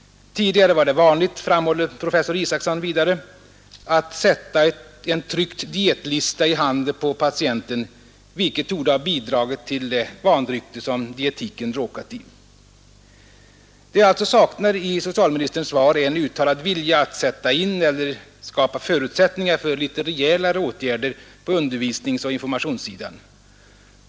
Tidigare var det vanligt, framhåller professor Isaksson vidare, att sätta en tryckt dietlista i handen på patienten, vilket torde ha bidragit till det vanrykte som dietiken råkat i. Det jag alltså saknar i socialministerns svar är en uttalad vilja att sätta in eller skapa förutsättningar för litet rejälare åtgärder på undervisningsoch informationssidan.